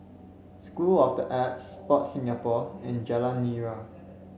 School of the Arts Sport Singapore and Jalan Nira